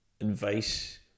advice